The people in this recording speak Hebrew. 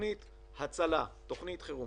תוכנית הצלה, תוכנית חירום.